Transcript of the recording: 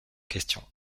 question